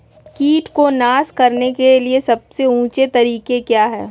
किट को नास करने के लिए सबसे ऊंचे तरीका काया है?